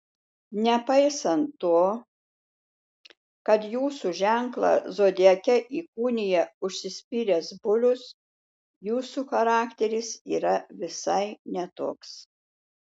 nepaisant to kad jūsų ženklą zodiake įkūnija užsispyręs bulius jūsų charakteris yra visai ne toks